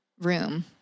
room